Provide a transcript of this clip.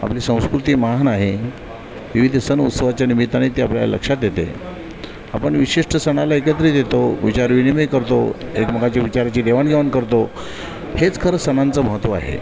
आपली संस्कृती महान आहे विविध सण उत्सवाच्या निमित्ताने ती आपल्या लक्षात येते आपण विशिष्ट सणाला एकत्रित येतो विचारविनिमय करतो एकमेकांच्या विचाराची देवाणघेवाण करतो हेच खरं सणांचं महत्त्व आहे